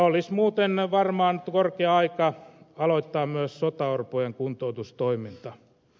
olisi muuten varmaan korkea aika aloittaa myös sotaorpojen kuntoutustoiminta